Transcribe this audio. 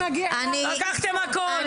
לקחתם הכול.